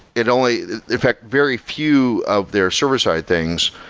it only in fact, very few of their server-side things,